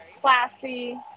Classy